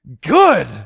good